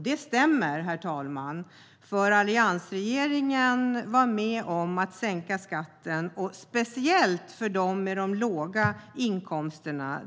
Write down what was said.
Det stämmer, herr talman, för alliansregeringen var med om att sänka skatten, speciellt för dem med de låga inkomsterna.